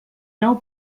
nou